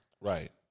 Right